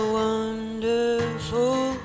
wonderful